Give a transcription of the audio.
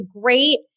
great